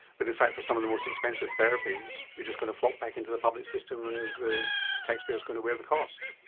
but in fact for some of the most expensive therapies you're just going to flop back into the public system and the taxpayer is going to wear the cost.